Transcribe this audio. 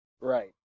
Right